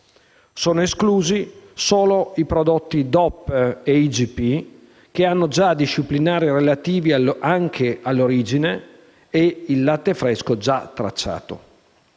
Sono esclusi solo i prodotti DOP e IGP, che hanno già disciplinari relativi anche all'origine, e il latte fresco già tracciato.